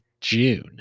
June